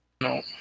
No